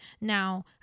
now